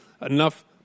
enough